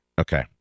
Okay